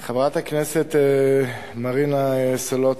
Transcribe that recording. חברת הכנסת מרינה סולודקין,